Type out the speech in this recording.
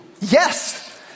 Yes